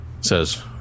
Says